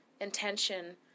intention